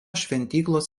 šventyklos